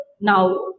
now